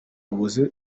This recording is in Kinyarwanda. bayobozi